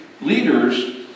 leaders